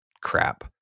crap